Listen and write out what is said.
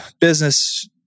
business